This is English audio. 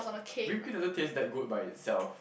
whip cream doesn't taste that good by itself